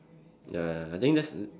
ya ya ya I think that's